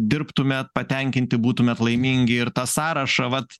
dirbtumėt patenkinti būtumėt laimingi ir tą sąrašą vat